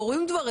קורים דברים.